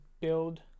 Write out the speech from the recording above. build